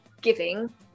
giving